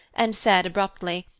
and said, abruptly,